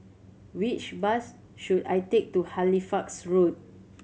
which bus should I take to Halifax Road